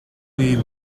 үеийн